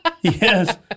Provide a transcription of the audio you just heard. Yes